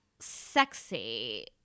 Sexy